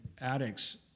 addicts